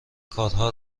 کارها